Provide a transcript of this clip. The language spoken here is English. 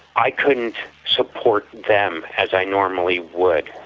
i couldn't support them as i normally would,